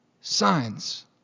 signs